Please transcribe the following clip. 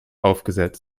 aufgesetzt